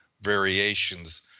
variations